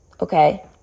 Okay